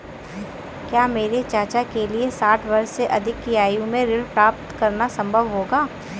क्या मेरे चाचा के लिए साठ वर्ष से अधिक की आयु में ऋण प्राप्त करना संभव होगा?